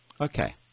Okay